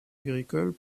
agricoles